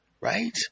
right